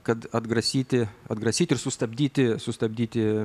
kad atgrasyti atgrasyti ir sustabdyti sustabdyti